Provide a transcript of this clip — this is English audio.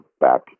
back